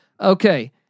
Okay